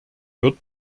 wird